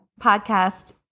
podcast